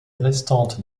restante